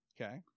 Okay